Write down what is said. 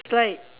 like